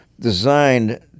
designed